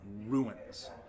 ruins